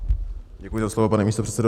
Děkuji za slovo, pane místopředsedo.